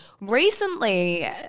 Recently